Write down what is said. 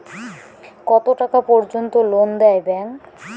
কত টাকা পর্যন্ত লোন দেয় ব্যাংক?